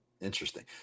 Interesting